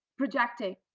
projecting,